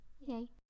yay